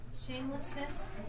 shamelessness